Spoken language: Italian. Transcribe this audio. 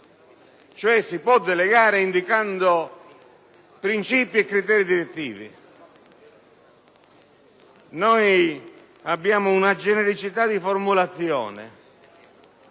si puo delegare indicando princıpi e criteri direttivi. Abbiamo invece una genericita di formulazione,